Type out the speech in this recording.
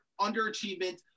underachievement